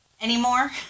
anymore